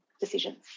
decisions